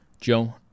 Joe